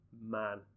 man